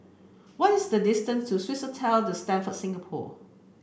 what is the distance to Swissotel The Stamford Singapore